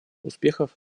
успехов